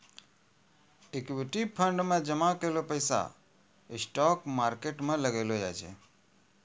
equity fund मे जामा कैलो पैसा स्टॉक मार्केट मे लगैलो जाय छै